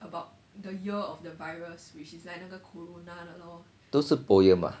都是 poem ah